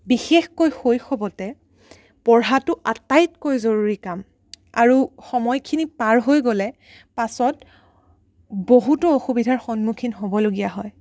বিশেষকৈ শৈশৱতে পঢ়াটো আটাইতকৈ জৰুৰী কাম আৰু সময়খিনি পাৰ হৈ গ'লে পাছত বহুতো অসুবিধাৰ সন্মুখীন হ'বলগীয়া হয়